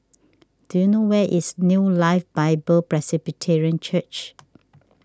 do you know where is New Life Bible Presbyterian Church